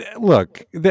look